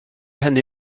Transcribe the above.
hynny